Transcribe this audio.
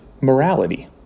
morality